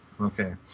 Okay